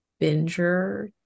binger